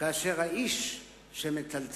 כאשר האיש שמצלצל